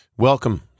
Welcome